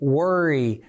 worry